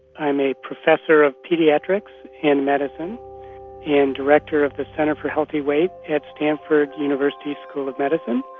i'm a professor of paediatrics in medicine and director of the centre for healthy weight at stanford university school of medicine,